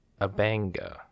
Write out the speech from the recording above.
Abanga